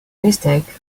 mistake